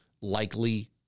likely